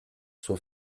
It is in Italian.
suo